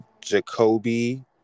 Jacoby